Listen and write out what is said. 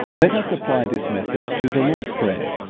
let us apply this method to the lord's prayer.